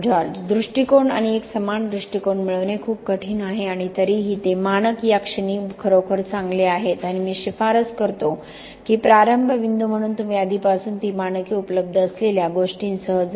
George दृष्टिकोन आणि एक समान दृष्टिकोन मिळवणे खूप कठीण आहे आणि तरीही ते मानक या क्षणी खरोखर चांगले आहेत आणि मी शिफारस करतो की प्रारंभ बिंदू म्हणून तुम्ही आधीपासून ती मानके उपलब्ध असलेल्या गोष्टींसह जा